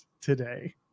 today